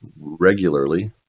regularly